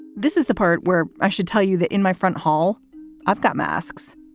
this is the part where i should tell you that in my front hall i've got masks,